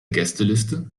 gästeliste